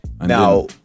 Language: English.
Now